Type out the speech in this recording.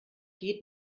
geht